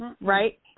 Right